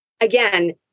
again